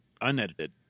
unedited